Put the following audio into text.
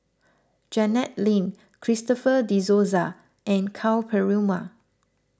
Janet Lim Christopher De Souza and Ka Perumal